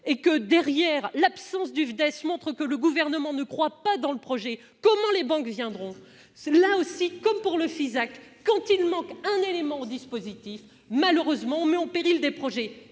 que, derrière, l'absence du FDES montre que le Gouvernement ne croit pas au projet, comment les banques viendront-elles ? Comme pour le FISAC, quand il manque un élément au dispositif, malheureusement, cela met en péril des projets